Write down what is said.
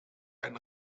einen